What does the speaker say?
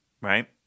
Right